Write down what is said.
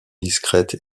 discrète